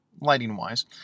lighting-wise